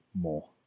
more